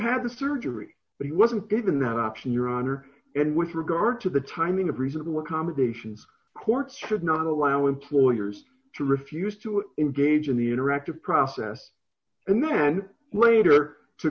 had the surgery but he wasn't given that option your honor and with regard to the timing of reasonable accommodations courts should not allow employers to refuse to engage in the interactive process and then later to